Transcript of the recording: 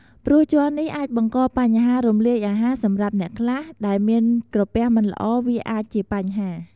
ព្រោះជ័រនេះអាចបង្កបញ្ហារំលាយអាហារសម្រាប់អ្នកខ្លះ ដែលមានក្រពះមិនល្អវាអាចជាបញ្ហា។